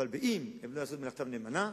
אבל אם הם לא יעשו את מלאכתם נאמנה,